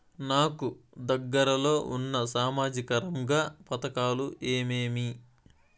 నాకు దగ్గర లో ఉన్న సామాజిక రంగ పథకాలు ఏమేమీ?